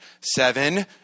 seven